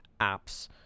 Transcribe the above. apps